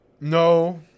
No